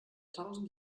tausend